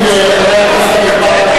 ממשלת הליכוד מתנגדת.